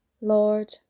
lord